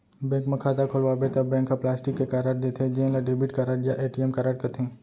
bank म खाता खोलवाबे त बैंक ह प्लास्टिक के कारड देथे जेन ल डेबिट कारड या ए.टी.एम कारड कथें